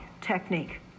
technique